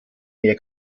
mehr